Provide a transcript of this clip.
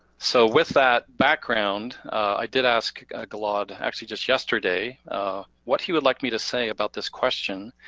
so with that background, i did ask gilad, actually just yesterday what he would like me to say about this question,